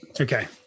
Okay